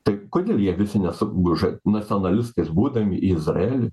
tai kodėl jie visi nesuguža nacionalistais būdami į izraelį